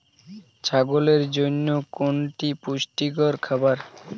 ছাগলের জন্য কোনটি পুষ্টিকর খাবার?